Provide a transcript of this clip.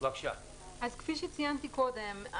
כמו שציינו קודם,